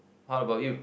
what about you